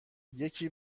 یکی